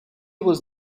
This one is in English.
was